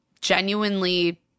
genuinely